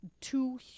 Two